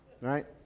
right